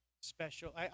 special –